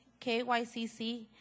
KYCC